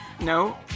no